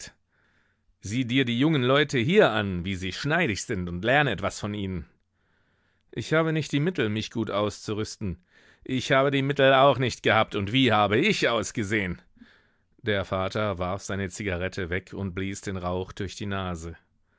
sieh dir die jungen leute hier an wie sie schneidig sind und lern etwas von ihnen ich habe nicht die mittel mich gut auszurüsten ich habe die mittel auch nicht gehabt und wie habe ich ausgesehen der vater warf seine zigarette weg und blies den rauch durch die nase